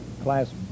Class